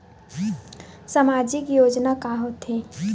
सामाजिक योजना का होथे?